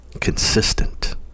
consistent